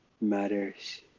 matters